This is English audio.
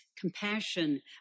Compassion